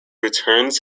returns